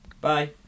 bye